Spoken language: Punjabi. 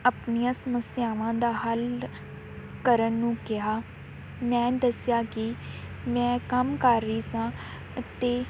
ਆਪਣੀਆਂ ਸਮੱਸਿਆਵਾਂ ਦਾ ਹੱਲ ਕਰਨ ਨੂੰ ਕਿਹਾ ਮੈਂ ਦੱਸਿਆ ਕਿ ਮੈਂ ਕੰਮ ਕਰ ਰਹੀ ਸਾਂ ਅਤੇ